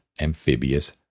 Amphibious